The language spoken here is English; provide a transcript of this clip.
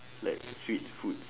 like sweet foods